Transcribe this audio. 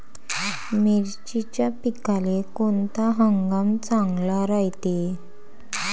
मिर्चीच्या पिकाले कोनता हंगाम चांगला रायते?